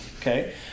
Okay